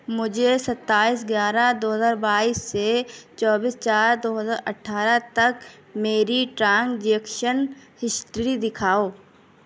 مجھے ستائیس گیارہ دو ہزار بائیس سے چوبیس چار دو ہزار اٹھارہ تک میری ٹرانجیکشن ہسٹری دکھاؤ